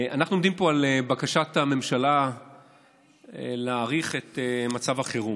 אנחנו עומדים פה על בקשת הממשלה להאריך את מצב החירום.